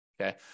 okay